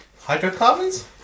Hydrocarbons